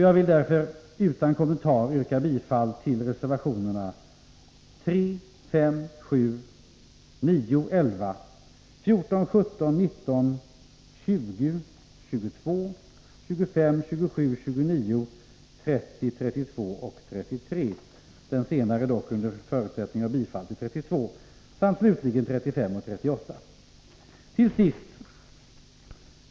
Jag vill därför utan kommentarer yrka bifall till reservationerna 3, 5, 7,9, 11, 14, 17, 19, 20, 22,25, 27,29, 30, 32 och 33 — den sistnämnda under förutsättning av bifall till reservation 32 — samt slutligen reservationerna 35 och 38.